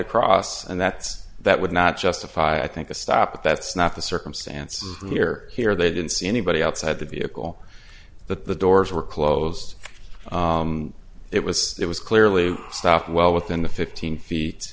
across and that's that would not justify i think a stop but that's not the circumstance here here they didn't see anybody outside the vehicle that the doors were closed it was it was clearly stopped well within the fifteen